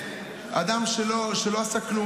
אדם שלא עשה כלום.